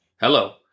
Hello